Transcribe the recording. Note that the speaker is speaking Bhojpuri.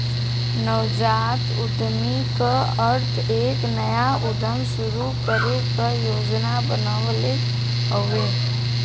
नवजात उद्यमी क अर्थ एक नया उद्यम शुरू करे क योजना बनावल हउवे